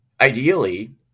ideally